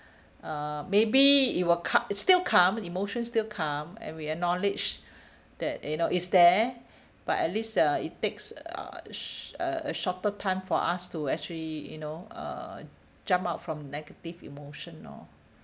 uh maybe it will c~ still come emotions still come and we acknowledge that you know it's there but at least uh it takes uh sh~ a shorter time for us to actually you know uh jump out from negative emotion you know